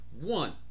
one